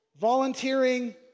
volunteering